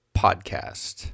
podcast